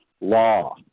law